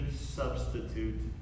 substitute